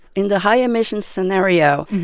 in the high-emissions scenario,